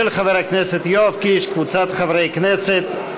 של חבר הכנסת יואב קיש וקבוצת חברי הכנסת.